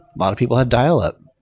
a lot of people had dialup.